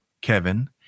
Kevin